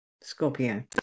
Scorpio